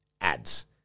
ads